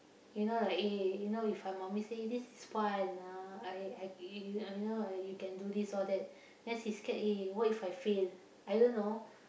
you know like eh you know if my mommy say this is fun ah I I you you know I can do this all that then she scared what if I fail I don't know